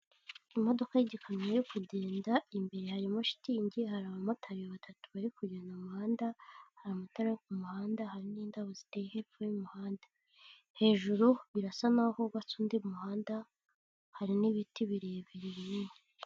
Imodoka y'ikamyo irimo kugenda imbere harimo shitingi hari abamotari batatu bari kujya mu muhanda hari amatara yo muhanda hari n'indabo ziteye hepfo y'umuhanda hejuru birasa nkaho hubatse undi muhanda hari n'ibiti birebire binini.